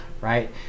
right